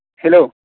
hello